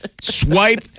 Swipe